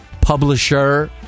publisher